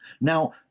now